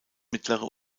mittlere